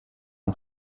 und